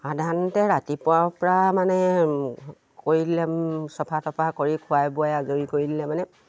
সাধাৰণতে ৰাতিপুৱাৰপৰা মানে কৰিলে চফা টফা কৰি খুৱাই বোৱাই আজৰি কৰি দিলে মানে